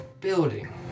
building